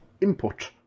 Input